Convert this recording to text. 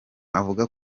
avuga